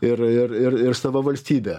ir ir ir ir sava valstybė